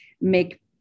make